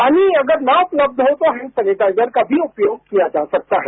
पानी अगर ना उपलब्ध हो तो हैंड सेनेटाइजर का भी उपयोग किया जा सकता है